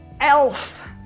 Elf